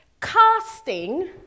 Casting